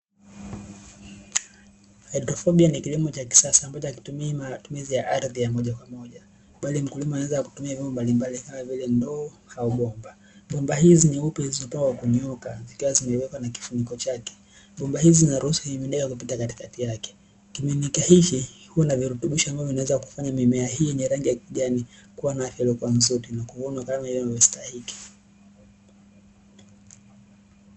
Haidroponi, ni kilimo cha kisasa ambacho hakitumii matumizi ya ardhi ya moja kwa moja bali mkulima anaweza kutumia vyombo mbalimbali kama vile ndoo au bomba, bomba hizi nyeupe zilizopangwa kwa kunyooka zikiwa zimewekwa na kifuniko chake, bomba hizi zinaruhusu mimea kupita katikati yake, kimiminika hiki huwa na virutubisho ambavyo vinaweza kufanya mimea hii yenye rangi ya kijani kuwa na afya nzuri na kuona kama imestahiki.